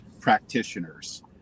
practitioners